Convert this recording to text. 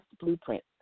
Blueprint